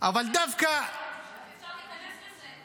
אבל דווקא -- אפשר להיכנס לזה.